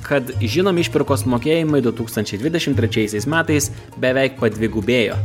kad žinomi išpirkos mokėjimai du tūkstančiai dvidešimt trečiaisiais metais beveik padvigubėjo